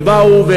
שבאו,